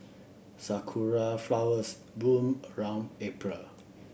sakura flowers bloom around April